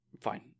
Fine